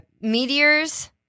meteors